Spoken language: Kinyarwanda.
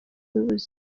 y’ubuzima